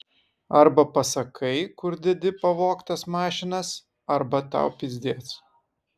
arba pasakai kur dedi pavogtas mašinas arba tau pizdiec